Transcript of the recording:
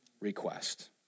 request